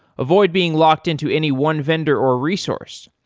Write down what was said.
avoid being locked into any one vendor or resource.